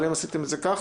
אבל אם עשיתם את זה ככה,